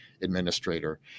administrator